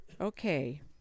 Okay